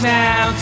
now